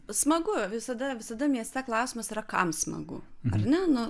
smagu visada visada mieste klausimas yra kam smagu ar ne nu